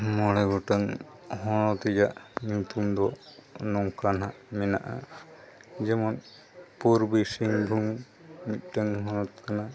ᱢᱚᱬᱮ ᱜᱚᱴᱟᱝ ᱦᱚᱱᱚᱛ ᱨᱮᱭᱟᱜ ᱧᱩᱛᱩᱢ ᱫᱚ ᱱᱚᱝᱠᱟᱱᱟᱜ ᱢᱮᱱᱟᱜᱼᱟ ᱡᱮᱢᱚᱱ ᱯᱩᱨᱵᱤ ᱥᱤᱝᱵᱷᱩᱢ ᱢᱤᱫᱴᱟᱹᱝ ᱦᱚᱱᱚᱛ ᱠᱟᱱᱟ